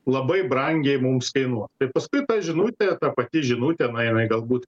labai brangiai mums kainuos tai paskui ta žinutė ta pati žinutė na jinai galbūt